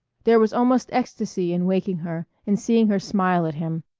there was almost ecstasy in waking her and seeing her smile at him,